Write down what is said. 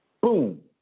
Boom